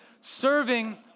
serving